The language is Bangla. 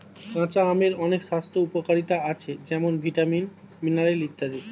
কাঁচা আমের অনেক স্বাস্থ্য উপকারিতা আছে যেমন ভিটামিন, মিনারেল ইত্যাদি